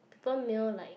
people mail like